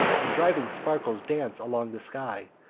and driving sparkles dance along the sky.